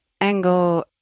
angle